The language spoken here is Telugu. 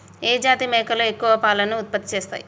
ఏ జాతి మేకలు ఎక్కువ పాలను ఉత్పత్తి చేస్తయ్?